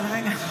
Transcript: בדיוק.